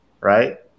right